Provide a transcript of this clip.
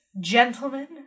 gentlemen